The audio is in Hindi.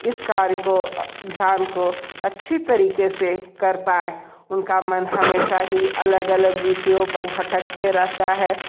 इस कार्य को ध्यान को अच्छे तरीक़े से कर पाएं उनका मन हमेशा ही अलग अलग विषयों पर भटकते रहता है